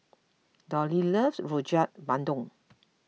Dollie loves Rojak Bandung